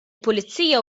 pulizija